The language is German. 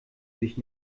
sich